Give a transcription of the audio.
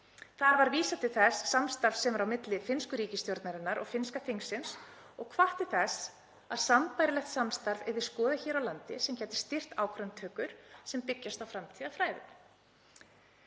Þar var vísað til þess samstarfs sem er á milli finnsku ríkisstjórnarinnar og finnska þingsins og hvatt til þess að sambærilegt samstarf yrði skoðað hér á landi sem gæti stýrt ákvarðanatökum sem byggjast á framtíðarfræðum.